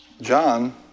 John